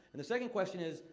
and the second question is,